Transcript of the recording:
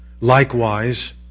Likewise